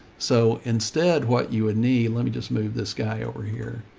so instead, what you would need, let me just move this guy over here,